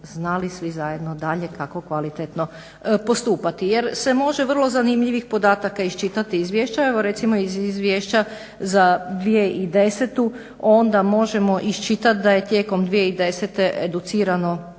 znali svi zajedno dalje kako kvalitetno postupati jer se može vrlo zanimljivih podataka iščitati iz izvješće. Evo recimo iz izvješća za 2010. onda možemo iščitat da je tijekom 2010. educirano